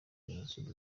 jenoside